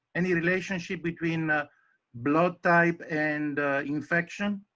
any relationship between blood type and infection?